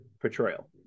portrayal